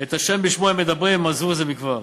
את ה', שבשמו הם מדברים, עזבו זה מכבר.